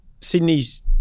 sydney's